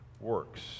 works